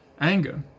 anger